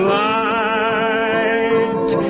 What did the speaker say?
light